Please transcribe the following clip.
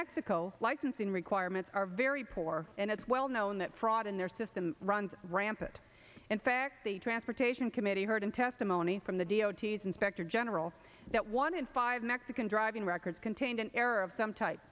mexico licensing requirements are very poor and it's well known that fraud in their system runs rampant in fact the transportation committee heard testimony from the deity's inspector general that one in five mexican driving records contained an error of some type